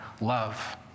love